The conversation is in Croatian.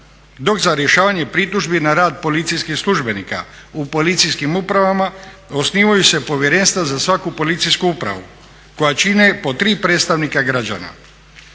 dok za rješavanje pritužbi na rad policijskih službenika u policijskim upravama osnivaju se povjerenstva za svaku policijsku upravu koja čine po tri predstavnika građana.